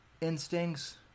instincts